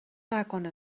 نکنه